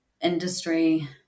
industry